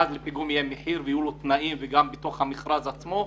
ואז לפיגום יהיו תנאים ומחיר בתוך המכרז עצמו.